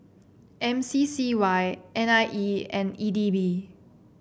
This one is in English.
M C C Y N I E and E D B